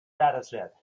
dataset